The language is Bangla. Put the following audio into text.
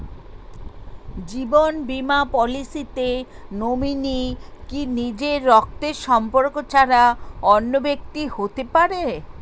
জীবন বীমা পলিসিতে নমিনি কি নিজের রক্তের সম্পর্ক ছাড়া অন্য ব্যক্তি হতে পারে?